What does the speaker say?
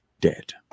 dead